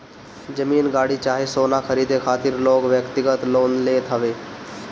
जमीन, गाड़ी चाहे सोना खरीदे खातिर लोग व्यक्तिगत लोन लेत हवे